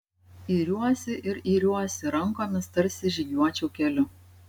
iriuosi ir iriuosi rankomis tarsi žygiuočiau keliu